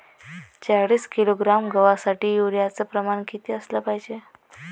चाळीस किलोग्रॅम गवासाठी यूरिया च प्रमान किती असलं पायजे?